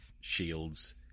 Shields